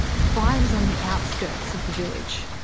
the fire was on the outskirts of the village.